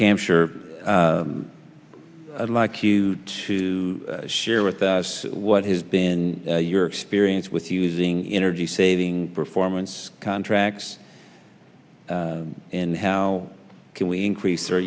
sure i'd like you to share with us what has been your experience with using energy saving performance contracts and how can we increase or